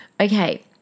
Okay